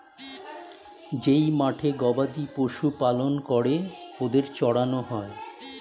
যেই মাঠে গবাদি পশু পালন করে ওদের চড়ানো হয়